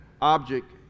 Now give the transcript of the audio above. object